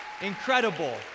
Incredible